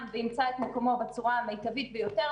וימצא את פתרונות בצורה המיטבית ביותר.